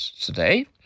today